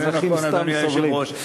ואזרחים סתם סובלים.